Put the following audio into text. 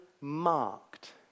marked